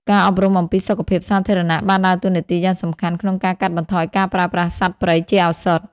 ការអប់រំអំពីសុខភាពសាធារណៈបានដើរតួនាទីយ៉ាងសំខាន់ក្នុងការកាត់បន្ថយការប្រើប្រាស់សត្វព្រៃជាឱសថ។